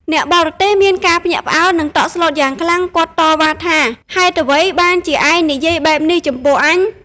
អ្នកបរទេះមានការភ្ញាក់ផ្អើល និងតក់ស្លុតយ៉ាងខ្លាំងគាត់តវ៉ាថា ហេតុអ្វីបានជាឯងនិយាយបែបនេះចំពោះអញ។